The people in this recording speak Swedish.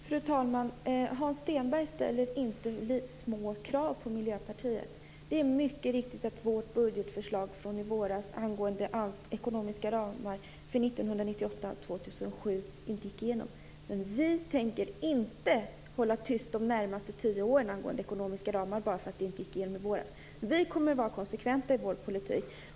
Fru talman! Hans Stenberg ställer inte några små krav på Miljöpartiet. Det är mycket riktigt så att Miljöpartiets budgetförslag från i våras angående ekonomiska ramar för 1998-2007 inte gick igenom. Men vi miljöpartister tänker inte hålla tyst de närmaste tio åren angående de ekonomiska ramarna bara för att förslaget inte gick igenom i våras! Vi kommer att vara konsekventa i vår politik.